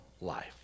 life